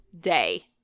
day